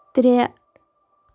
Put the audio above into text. ترٛےٚ